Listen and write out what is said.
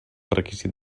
requisit